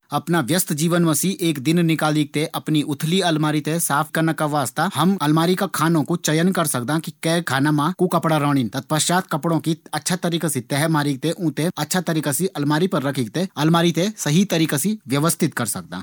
अपना व्यस्त जीवन मा से एक दिन निकालिक थें अपणी उथली अलमारी थें साफ करना का वास्ता हम आलमारी का खानों कू चयन करी सकदां कि कै खाना मा कू कपड़ा रणीन? ततपश्चात कपड़ों की अच्छा तरीका से तह मारिक थें ऊँ थें अच्छा तरीका से अलमारी पर रखीक थें आलमारी थें व्यवस्थित कर सकदिन।